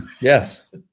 Yes